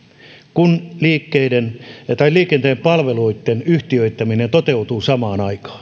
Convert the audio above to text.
kun liikenteen palveluitten yhtiöittäminen toteutuu samaan aikaan